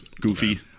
goofy